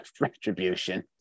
retribution